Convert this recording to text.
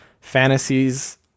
fantasies